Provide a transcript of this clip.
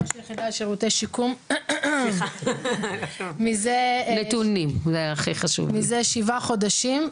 ראש היחידה לשירותי שיקום מזה שבעה חודשים.